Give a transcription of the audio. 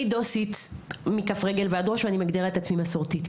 אני דוסית מכף רגע ועד ראש ואני מגדירה את עצמי מסורתית,